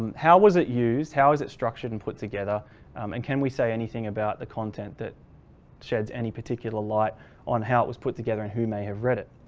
and how was it used, how is it structured and put together and can we say anything about the content that sheds any particular light on how it was put together and who may have read it.